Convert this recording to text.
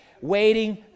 Waiting